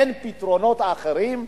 אין פתרונות אחרים?